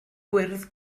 gwyrdd